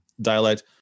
dialect